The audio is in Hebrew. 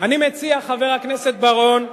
אני מציע, חבר הכנסת בר-און,